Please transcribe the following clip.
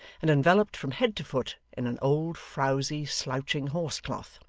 and enveloped from head to foot in an old, frowzy, slouching horse-cloth.